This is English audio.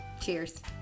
cheers